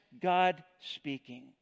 God-speaking